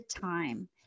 time